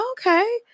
Okay